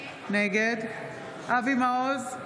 נגד אבי מעוז,